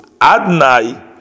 Adnai